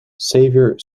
savior